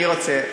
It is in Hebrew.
אני רוצה,